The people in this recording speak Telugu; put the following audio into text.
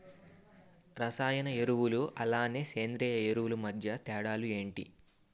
రసాయన ఎరువులు అలానే సేంద్రీయ ఎరువులు మధ్య తేడాలు ఏంటి?